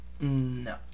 No